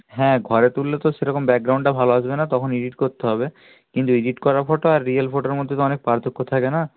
হ্যাঁ ঘরে তুললে তো সেরকম ব্যাকগ্রাউন্ডটা ভালো আসবে না তখন এডিট করতে হবে কিন্তু এডিট করা ফটো আর রিয়েল ফটোর মধ্যে তো অনেক পার্থক্য থাকে না